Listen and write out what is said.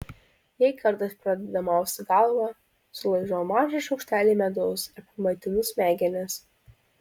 jei kartais pradeda mausti galvą sulaižau mažą šaukštelį medaus ir pamaitinu smegenis